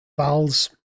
Val's